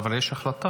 אבל יש החלטה.